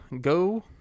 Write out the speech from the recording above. Go